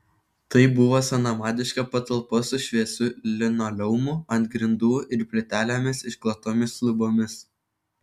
tai buvo senamadiška patalpa su šviesiu linoleumu ant grindų ir plytelėmis išklotomis lubomis